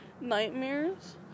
nightmares